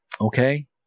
okay